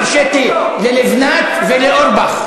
והרשיתי ללבנת ולאורבך,